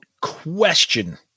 question